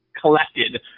collected